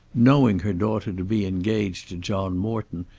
knowing her daughter to be engaged to john morton,